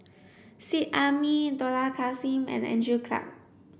Seet Ai Mee Dollah Kassim and Andrew Clarke